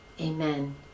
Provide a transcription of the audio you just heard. Amen